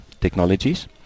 technologies